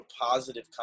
positive